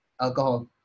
alcohol